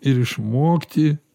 ir išmokti